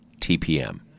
TPM